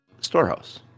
storehouse